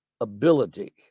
ability